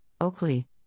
Oakley